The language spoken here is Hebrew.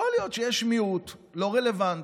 יכול להיות שיש מיעוט לא רלוונטי,